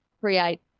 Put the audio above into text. create